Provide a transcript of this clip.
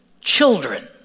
children